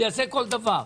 יעשה כל דבר,